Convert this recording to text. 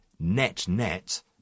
Net-net